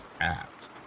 apt